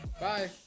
Bye